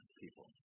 people